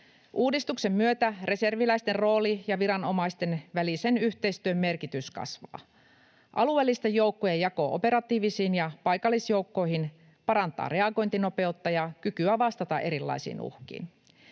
Uudistuksen myötä reserviläisten rooli ja viranomaisten välisen yhteistyön merkitys kasvavat. Alueellisten joukkojen jako operatiivisiin ja paikallisjoukkoihin parantaa reagointinopeutta ja kykyä vastata erilaisiin uhkiin.